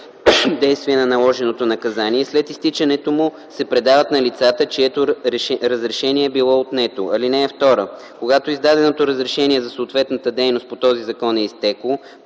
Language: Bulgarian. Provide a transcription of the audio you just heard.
действие на наложеното наказание и след изтичането му се предават на лицата, чието разрешение е било отнето. (2) Когато издаденото разрешение за съответна дейност по този закон е изтекло